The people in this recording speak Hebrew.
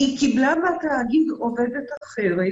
היא קיבלה מהתאגיד עובדת אחרת